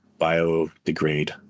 biodegrade